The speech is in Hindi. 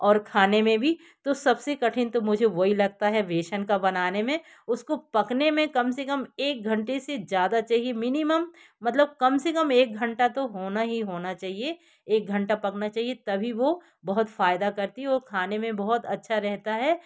और खाने में भी तो सब से कठिन तो मुझे वही लगती है बेसन का बनाने में उसको पकने में कम से कम एक घंटे से ज़्यादा चाहिए मिनिमम मतलब कम से कम एक घंटा तो होना ही होना चाहिए एक घंटा पकना चाहिए तभी वो बहुत फ़ायदा करती हो खाने में बहुत अच्छी रहती है